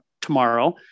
tomorrow